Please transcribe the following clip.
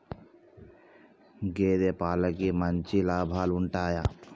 గేదే పాలకి మంచి లాభాలు ఉంటయా?